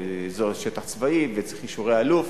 זה אזור שטח צבאי וצריך אישורי אלוף.